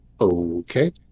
Okay